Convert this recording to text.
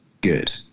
good